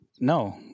No